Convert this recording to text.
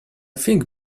think